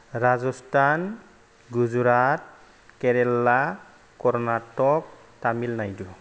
Rajasthan Gujarat Kerala Karnataka Tamil Nadu